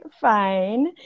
fine